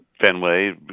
Fenway